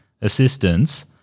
assistance